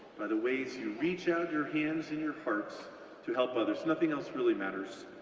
by the ways you reach out your hands and your hearts to help others, nothing else really matters,